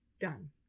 Done